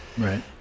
Right